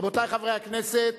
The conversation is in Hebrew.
רבותי חברי הכנסת.